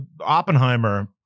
oppenheimer